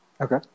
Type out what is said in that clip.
Okay